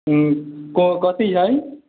हूँ क कथी हइ